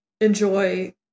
enjoy